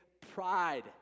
pride